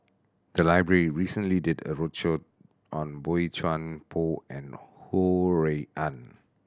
the library recently did a roadshow on Boey Chuan Poh and Ho Rui An